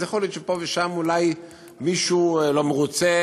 אז יכול להיות שפה ושם אולי מישהו לא מרוצה